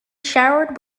showered